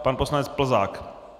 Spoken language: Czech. Pan poslanec Plzák.